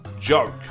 joke